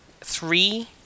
three